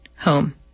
home